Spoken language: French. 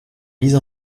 mise